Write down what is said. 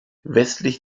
westlich